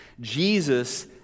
Jesus